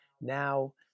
now